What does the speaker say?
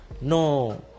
No